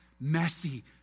messy